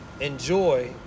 enjoy